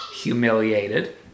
humiliated